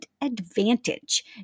advantage